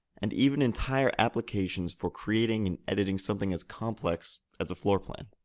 and even entire applications for creating and editing something as complex as a floorplan.